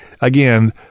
again